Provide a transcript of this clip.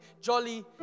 jolly